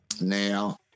Now